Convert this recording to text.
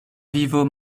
vivo